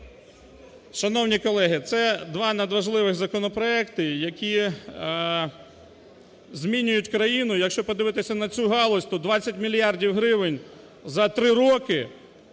Шановні колеги, це два надважливих законопроекти, які змінюють країну. Якщо подивитися на цю галузь, то 20 мільярдів гривень за три роки